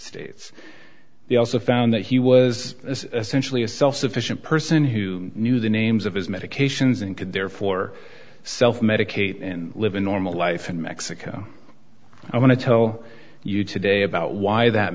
states they also found that he was essentially a self sufficient person who knew the names of his medications and could therefore self medicate and live a normal life in mexico i want to tell you today about why that